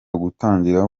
gutangira